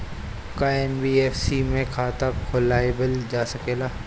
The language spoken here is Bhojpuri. का एन.बी.एफ.सी में खाता खोलवाईल जा सकेला?